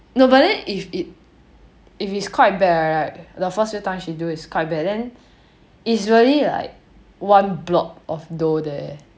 no but then if it if it's quite bad right the first time she do is quiet bad but then it's really like one block of dough there